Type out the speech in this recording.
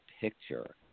picture